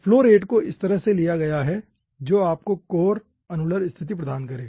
flow rate को इस तरह से लिया गया है जो आपको कोर अनुलर स्थिति प्रदान करे